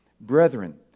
Brethren